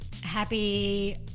happy